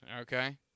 okay